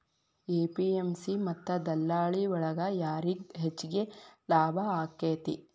APMC ಮತ್ತ ದಲ್ಲಾಳಿ ಒಳಗ ಯಾರಿಗ್ ಹೆಚ್ಚಿಗೆ ಲಾಭ ಆಕೆತ್ತಿ?